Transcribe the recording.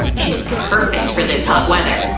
and perfect for this hot weather.